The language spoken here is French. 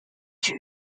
sud